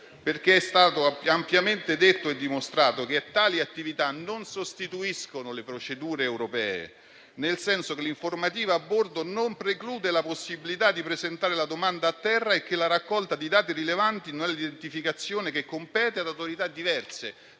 superato? È stato ampiamente detto e dimostrato che tali attività non sostituiscono le procedure europee, nel senso che l'informativa a bordo non preclude la possibilità di presentare la domanda a terra e che la raccolta di dati rilevanti non è l'identificazione, che compete ad autorità diverse.